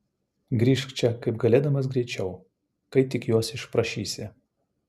grįžk čia kaip galėdamas greičiau kai tik juos išprašysi